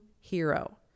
hero